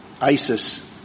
ISIS —